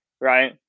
right